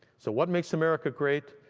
so what makes america great?